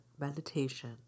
meditation